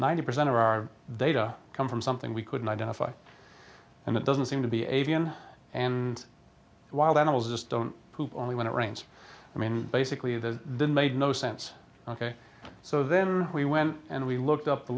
ninety percent of our data come from something we couldn't identify and it doesn't seem to be avian and wild animals just don't poop only when it rains i mean basically the then made no sense ok so then we went and we looked up the